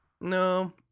No